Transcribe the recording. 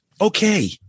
Okay